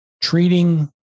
Treating